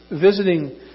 visiting